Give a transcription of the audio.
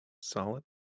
Solid